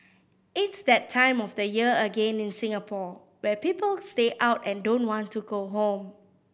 it's that time of the year again in Singapore where people stay out and don't want to go home